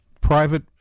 private